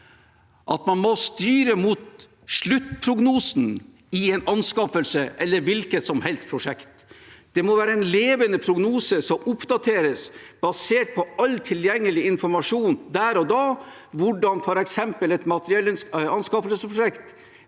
at man må styre mot sluttprognosen i en anskaffelse eller et hvilket som helst prosjekt. Det må være en levende prognose som oppdateres basert på all tilgjengelig informasjon der og da, f.eks. hvordan totalkostnaden i et materiellanskaffelsesprosjekt